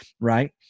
Right